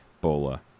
Bola